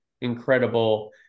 incredible